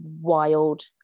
wild